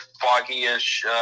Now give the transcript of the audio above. foggy-ish